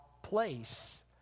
Place